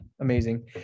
amazing